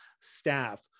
staff